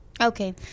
okay